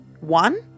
One